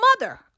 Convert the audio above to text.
mother